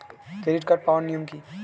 Credit card পাওয়ার নিয়ম কী?